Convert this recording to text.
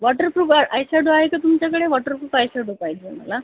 waterproof eyeshadow आहे का तुमच्याकडे वॉटरप्रूप आयशॅडो पाहिजेय मला